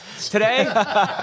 Today